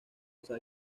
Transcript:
esa